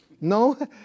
No